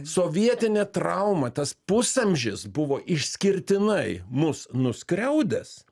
sovietinė trauma tas pusamžis buvo išskirtinai mus nuskriaudęs